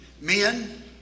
men